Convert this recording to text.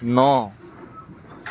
ন